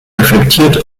reflektiert